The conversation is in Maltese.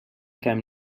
kemm